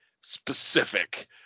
specific